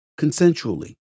consensually